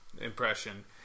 impression